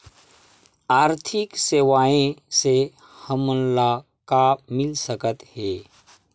आर्थिक सेवाएं से हमन ला का मिल सकत हे?